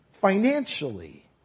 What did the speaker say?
financially